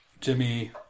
Jimmy